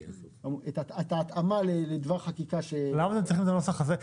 את ההתאמה לדבר חקיקה ש- -- אבל למה אתם צריכים את הנוסח הזה?